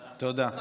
תודה.